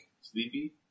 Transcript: Sleepy